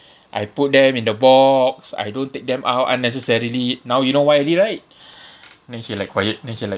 I put them in the box I don't take them out unnecessarily now you know why already right then she like quiet then she like